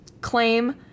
claim